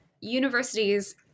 universities